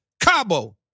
Cabo